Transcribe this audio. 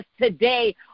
today